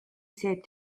said